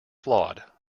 flawed